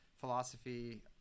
Philosophy